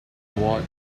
award